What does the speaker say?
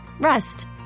Rest